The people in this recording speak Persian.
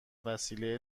وسیله